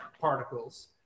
particles